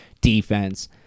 defense